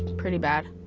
pretty bad.